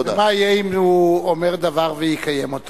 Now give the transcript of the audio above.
מה יהיה אם הוא אומר דבר ויקיים אותו?